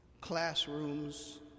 classrooms